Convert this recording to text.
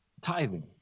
tithing